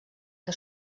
que